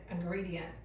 ingredient